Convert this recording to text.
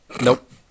Nope